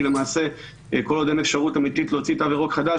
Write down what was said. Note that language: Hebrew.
כי למעשה כל עוד אין אפשרות אמיתית להוציא תו ירוק חדש,